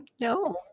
No